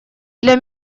для